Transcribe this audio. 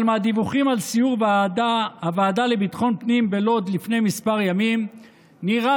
אבל מהדיווחים על סיור ועדת ביטחון הפנים בלוד לפני כמה ימים נראה